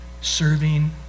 serving